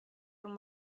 them